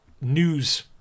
news